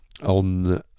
On